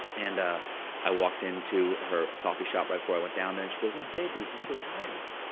and ah i walked into her coffee shop right before i went down there. and she goes, oh, babies, you're so tired.